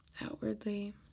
outwardly